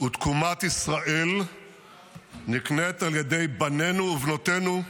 -- ותקומת ישראל נקנית על ידי בנינו ובנותינו,